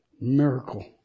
miracle